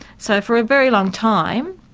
so for a very long time,